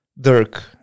Dirk